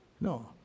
No